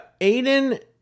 Aiden